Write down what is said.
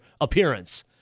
appearance